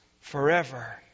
forever